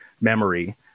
memory